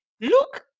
look